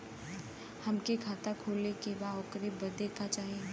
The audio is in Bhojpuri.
हमके खाता खोले के बा ओकरे बादे का चाही?